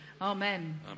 Amen